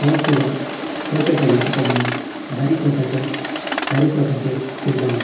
हो परी हो पेट्रोलाचो परिणाम बारीक लोकांच्या बारीक लोकांचेर खूब जाला